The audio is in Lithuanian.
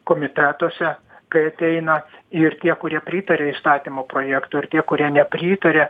komitetuose kai ateina ir tie kurie pritaria įstatymo projektui ar tie kurie nepritaria